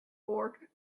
board